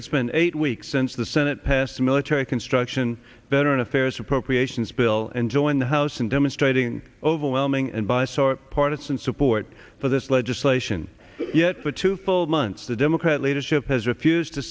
it's been eight weeks since the senate passed a military construction veteran affairs appropriations bill and join the house and demonstrating overwhelming and bias or partisan support for this legislation yet for two full months the democrat leadership has refused to